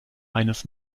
eines